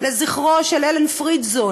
לזכרו של אלן פרידזון,